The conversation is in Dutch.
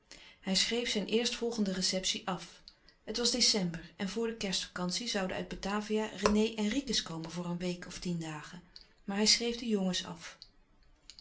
hij schreef zijn eerstvolgende receptie af het was december en voor de kerstvacantie zouden uit batavia rené en ricus komen voor een week of tien dagen maar hij schreef de jongens af